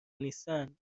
نیستند